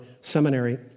seminary